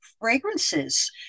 fragrances